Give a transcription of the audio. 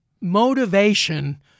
motivation